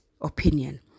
opinion